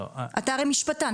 הרי אתה משפטן.